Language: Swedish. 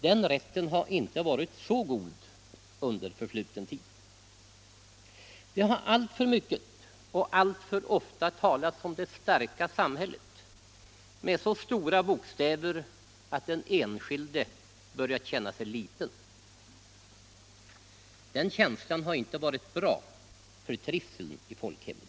Den rätten har inte varit så god under förfluten tid. Det har alltför mycket och alltför ofta talats om ”det starka samhället” med så stora bokstäver att den enskilde börjat känna sig liten. Den känslan har inte varit bra för trivseln i folkhemmet.